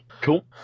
cool